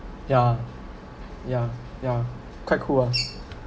yeah yeah yeah quite cool lah